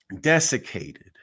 desiccated